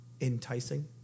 enticing